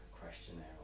questionnaire